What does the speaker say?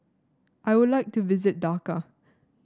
I would like to visit Dhaka